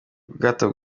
ubwato